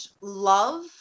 love